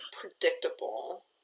predictable